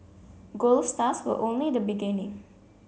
gold stars were only the beginning